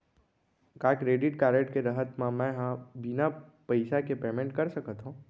का credit card के रहत म, मैं ह बिना पइसा के पेमेंट कर सकत हो?